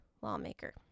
lawmaker